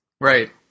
Right